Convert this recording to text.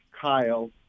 Kyle